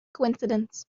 coincidence